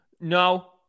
No